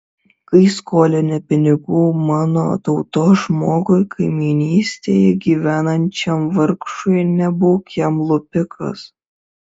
kai skolini pinigų mano tautos žmogui kaimynystėje gyvenančiam vargšui nebūk jam lupikas